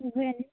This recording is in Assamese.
এইবোৰেই আনিম